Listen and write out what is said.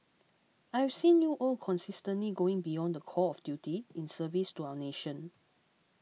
I have seen you all consistently going beyond the call of duty in service to our nation